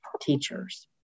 teachers